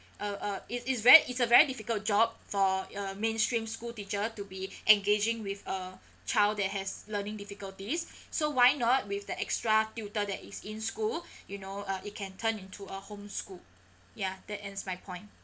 uh uh it's it's very it's a very difficult job for uh mainstream school teacher to be engaging with a child that has learning difficulties so why not with the extra tutor that is in school you know uh it can turn into a home school ya that ends my point